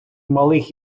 малих